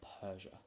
Persia